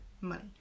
money